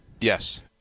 Yes